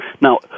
Now